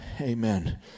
Amen